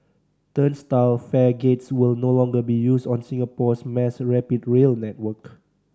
turnstile fare gates will no longer be used on Singapore's mass rapid rail network